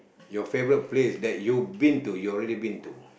your favourite place that you've been to you already been to